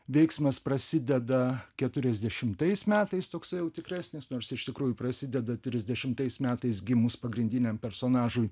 veiksmas prasideda keturiasdešimtais metais toksai jau tikresnis nors iš tikrųjų prasideda trisdešimtais metais gimus pagrindiniam personažui